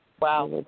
Wow